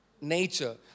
nature